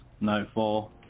nightfall